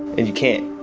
and you can't